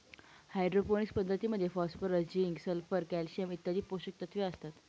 hydroponics पद्धतीमध्ये phosphorus, zinc, sulphur, calcium इत्यादी पोषकतत्व असतात